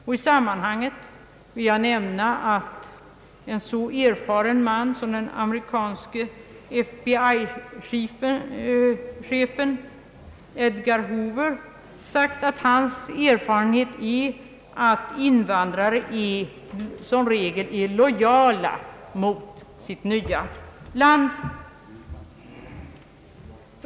Det kan för övrigt förtjäna uppmärksammas att en så erfaren man som den amerikanske FBI-chefen J. Edgar Hoover sagt att hans erfarenhet är att invandrare som regel är lojala mot sitt nya land.